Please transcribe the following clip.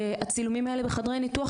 הצילומים האלה בחדרי הניתוח,